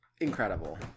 incredible